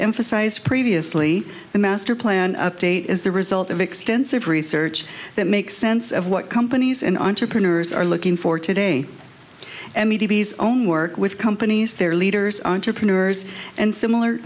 emphasized previously the master plan update is the result of extensive research that makes sense of what companies and entrepreneurs are looking for today and the d b s own work with companies their leaders entrepreneurs and similar